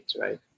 right